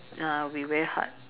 ah it'll be very hard